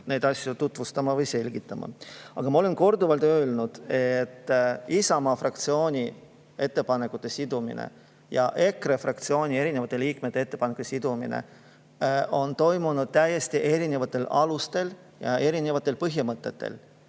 neid asju tutvustama või selgitama. Ma olen korduvalt öelnud, et Isamaa fraktsiooni ettepanekute sidumine ja EKRE fraktsiooni liikmete ettepanekute sidumine on toimunud täiesti erinevatel alustel, erinevate põhimõtete